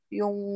yung